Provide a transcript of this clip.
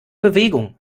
bewegung